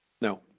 No